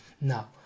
Now